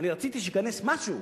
אני רציתי שייכנס משהו,